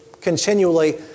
continually